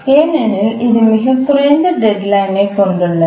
ஏனெனில் இது மிகக் குறைந்த டெட்லைன் ஐ கொண்டுள்ளது